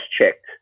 checked